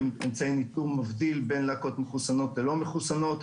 מבדיל בין להקות מחוסנות ללא מחוסנות,